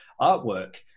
artwork